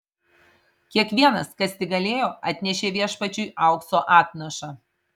kiekvienas kas tik galėjo atnešė viešpačiui aukso atnašą